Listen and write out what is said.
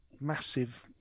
massive